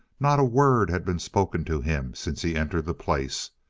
not a word had been spoken to him since he entered the place.